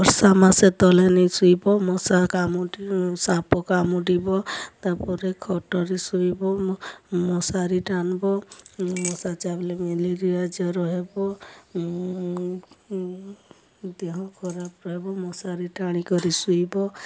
ବର୍ଷା ମାସେ ତଲେ ନାଇ ଶୁଇବ ମଶା କାମୁଡ଼ି ସାପ କାମୁଡ଼ିବ ତା ପରେ ଖଟରେ ଶୁଇବ ମଶାରୀ ଟାନ୍ବ ମଶା ଚାବ୍ଲେ ମେଲେରିଆ ଜର୍ ହେବ ଦେହ ଖରାପ୍ ହେବ ମଶାରୀ ଟାଣି କରି ଶୁଇବ